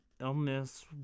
illness